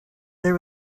there